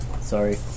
Sorry